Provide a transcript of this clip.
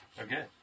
Okay